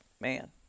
man